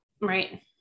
right